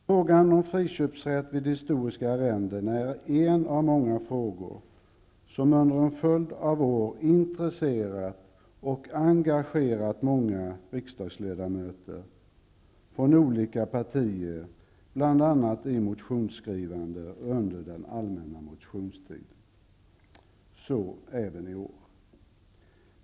Frågan om friköpsrätt vid historiska arrenden är en av många frågor som under en följd av år har intresserat och engagerat många riksdagsledamöter från olika partier, bl.a. i motionsskrivande under den allmänna motionstiden. Så även i år.